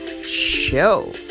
Show